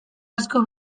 asko